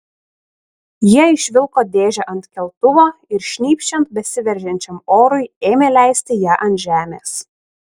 jie išvilko dėžę ant keltuvo ir šnypščiant besiveržiančiam orui ėmė leisti ją ant žemės